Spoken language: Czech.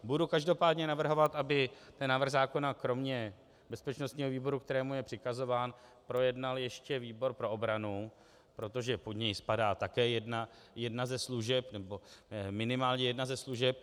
Budu každopádně navrhovat, aby návrh zákona kromě bezpečnostního výboru, kterému je přikazován, projednal ještě výbor pro obranu, protože pod něj spadá také jedna ze služeb, nebo minimálně jedna ze služeb.